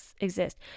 exist